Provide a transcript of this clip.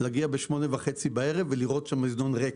להגיע ב-20:30 בערב ולראות שהמזנון ריק.